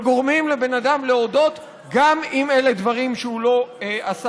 וגורמים לבן אדם להודות גם אם אלה דברים שהוא לא עשה,